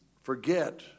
forget